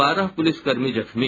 बारह पुलिसकर्मी जख्मी